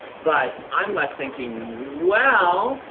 but i'm left thinking, well,